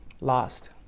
lost